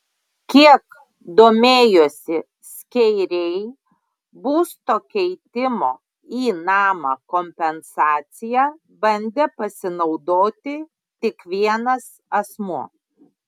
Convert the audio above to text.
kiek domėjosi skeiriai būsto keitimo į namą kompensacija bandė pasinaudoti tik vienas asmuo